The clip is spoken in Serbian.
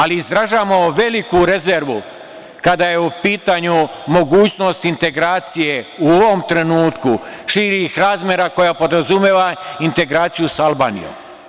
Ali, izražavamo veliku rezervu kada je u pitanju mogućnost integracije u ovom trenutku, čije razmere podrazumevaju integraciju sa Albanijom.